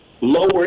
lower